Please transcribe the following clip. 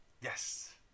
yes